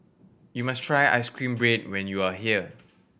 you must try ice cream bread when you are here